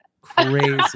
Crazy